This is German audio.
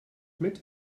mit